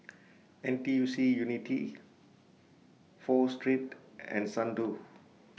N T U C Unity Pho Street and Xndo